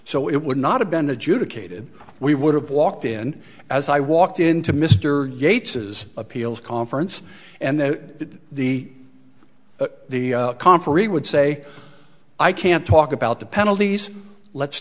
so it would not have been adjudicated we would have walked in as i walked into mr gates is appeals conference and that the the conferee would say i can't talk about the penalties let's